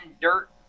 dirt